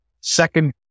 second